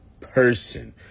person